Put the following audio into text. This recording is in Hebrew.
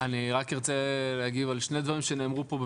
רק ארצה להגיב על שני דברים שנאמרו פה,